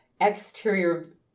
exterior